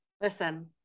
listen